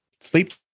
sleep